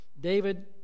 David